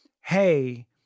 hey